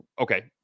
Okay